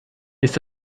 ist